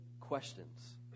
questions